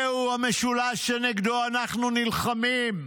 זהו המשולש שנגדו אנחנו נלחמים,